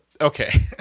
okay